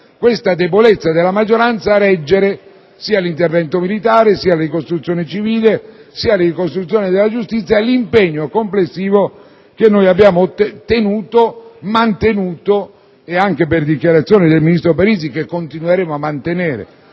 la debolezza della maggioranza a reggere sia l'interevento militare, sia la ricostruzione civile, sia la ricostruzione della giustizia e l'impegno complessivo che noi abbiamo tenuto, mantenuto ed anche - per dichiarazione del ministro Parisi - che continueremo a mantenere